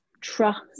trust